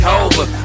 over